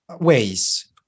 ways